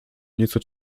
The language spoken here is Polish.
nieco